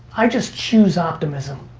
i just choose optimism.